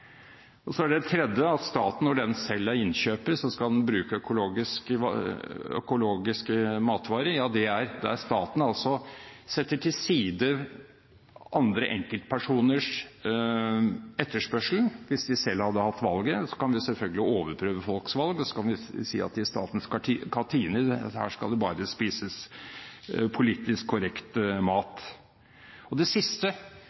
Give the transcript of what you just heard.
valg. Så er det det tredje, at staten, når den selv er innkjøper, skal bruke «økologisk mat». Ja, det er der staten altså setter til side andre enkeltpersoners etterspørsel, hvis de selv hadde hatt valget. De kan selvfølgelig overprøve folks valg, og så kan de si at i statens kantiner skal det bare spises politisk korrekt mat. Det siste